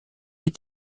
est